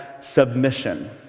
submission